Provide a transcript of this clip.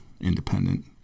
independent